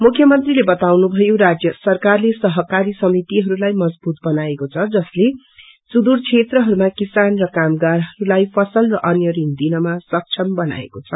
मुख्यमंत्रीले बाताउनुभयो राज्य सरकारले सहकारी समितिहरूलाइ मजवूत बनाएको छ जसले सुदूर क्षेत्रहरूमा किसान र कामगारहरूलाई फसल अन्य ऋण दिनमा सक्षम बनाएको छ